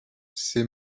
c’est